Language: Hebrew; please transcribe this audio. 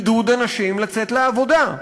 עידוד אנשים לצאת לעבודה.